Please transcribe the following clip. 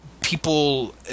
people